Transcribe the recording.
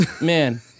Man